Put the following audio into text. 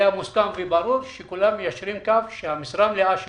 היה מוסכם שכולם מיישרים קו ומשרה מלאה של